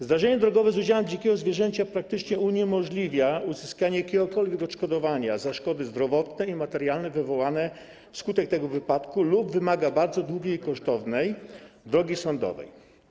Zdarzenie drogowe z udziałem dzikiego zwierzęcia praktycznie uniemożliwia uzyskanie jakiegokolwiek odszkodowania za szkody zdrowotne i materialne wywołane wskutek tego wypadku lub wymaga bardzo długiej i kosztownej drogi sądowej.